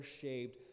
shaved